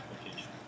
Application